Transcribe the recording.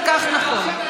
זה כך נכון.